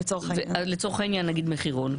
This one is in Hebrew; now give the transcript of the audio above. לצורך העניין, מחירון?